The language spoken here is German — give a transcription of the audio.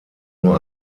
nur